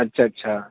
अच्छा अच्छा